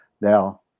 now